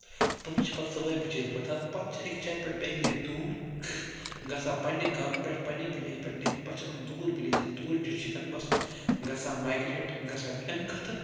تِم چھِ پَتہٕ صُبحٲے بِچٲرۍ وۅتھان پَتہٕ چھِ اَکہِ جایہِ پٮ۪ٹھ بیٚکہِ جایہِ دوٗر گژھان پنٕنہِ گامہٕ پٮ۪ٹھ پنٛنہِ وِلیج پٮ۪ٹھ نیٖرِتھ پَتہٕ چھِ تِم دوٗر وِلیجَن دوٗر ڈِسٹِرٛکَن منٛز گژھان مایگریٹ گژھان اَمہِ خٲطرٕ